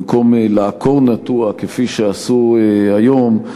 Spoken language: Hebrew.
במקום לעקור נטוע כפי שעשו היום,